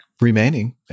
remaining